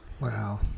Wow